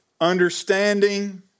understanding